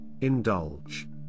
indulge